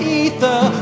ether